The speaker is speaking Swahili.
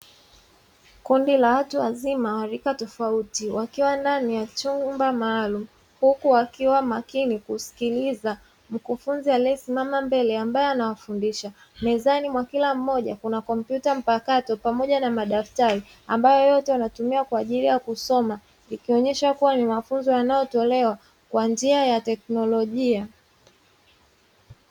Kundi la watu wazima wa rika tofauti, wakiwa ndani ya chumba maalumu, huku wakiwa makini kusikiliza mkufunzi aliyesimama mbele ambaye anawafundisha. Mezani kwa kila mmoja kuna kompyuta mpakato pamoja na madaftari, ambayo yote wanayotumia kwa ajili ya kusoma. Ikionyesha kuwa ni mafunzo yanayotolewa kwa njia ya teknolojia.